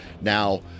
Now